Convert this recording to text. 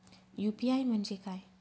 UPI म्हणजे काय?